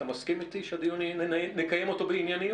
אתה מסכים אתי שנקיים את הדיון בענייניות?